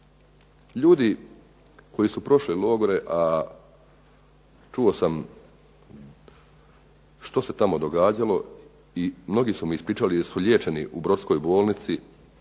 Ljudi koji su prošli logore, a čuo sam što se tamo događalo i mnogi su mi ispričali da su liječeni u Brodskoj bolnici